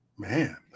Man